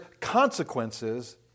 consequences